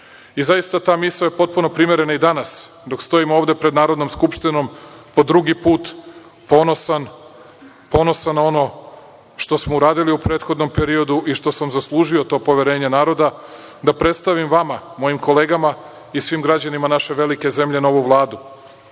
Zaista, ta misao je potpuno primerena i danas dok stojim ovde pred Narodnom skupštinom po drugi put ponosan, ponosan na ono što smo uradili u prethodnom periodu i što sam zaslužio to poverenje naroda da predstavim vama, mojim kolegama i svim građanima naše velike zemlje na ovu